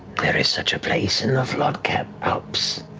there is such a place in the flotket alps.